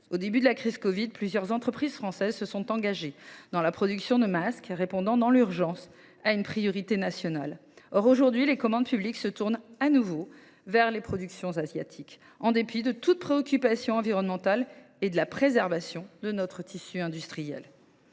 au début de la crise du covid-19, plusieurs entreprises françaises se sont engagées dans la production de masques, répondant dans l’urgence à une priorité nationale. Or les commandes publiques se tournent de nouveau vers les productions asiatiques, à mille lieues de toute préoccupation environnementale et de la préservation de notre tissu industriel.